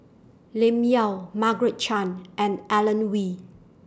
Lim Yau Margaret Chan and Alan Oei